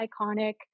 iconic